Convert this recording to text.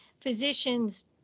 physicians